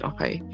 Okay